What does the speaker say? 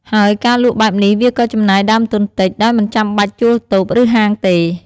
ហើយការលក់បែបនេះវាក៏ចំណាយដើមទុនតិច ដោយមិនចាំបាច់ជួលតូប ឬហាងទេ។